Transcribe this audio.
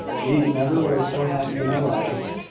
we never were so happy in our lives.